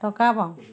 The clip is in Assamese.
টকা পাওঁ